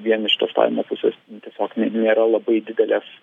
vien iš testavimo pusės tiesiog nėra labai didelės